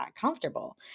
comfortable